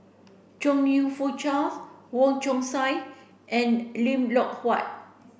Chong You Fook Charles Wong Chong Sai and Lim Loh Huat